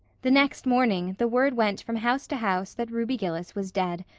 the next morning the word went from house to house that ruby gillis was dead.